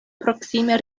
proksime